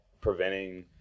preventing